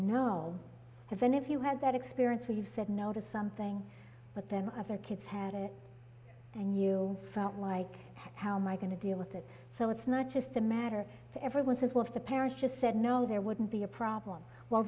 haven't if you had that experience we've said no to something but then other kids had it and you felt like how my going to deal with it so it's not just a matter of everyone says well if the parents just said no there wouldn't be a problem w